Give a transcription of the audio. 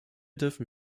dürfen